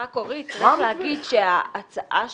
רק, אורי, צריך להגיד שההצעה שהבאתם,